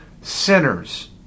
sinners